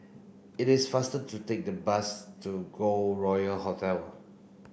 it is faster to take a bus to Golden Royal Hotel